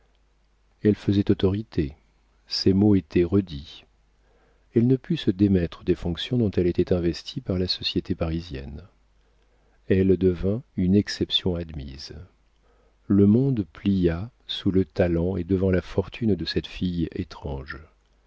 elle faisait autorité ses mots étaient redits elle ne put se démettre des fonctions dont elle était investie par la société parisienne elle devint une exception admise le monde plia sous le talent et devant la fortune de cette fille étrange